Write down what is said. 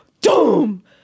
doom